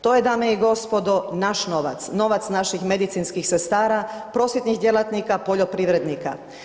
To je dame i gospodo naš novac, novac naših medicinskih sestara, prosvjetnih djelatnika, poljoprivrednika.